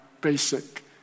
basic